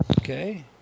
Okay